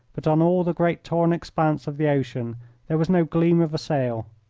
but on all the great torn expanse of the ocean there was no gleam of a sail.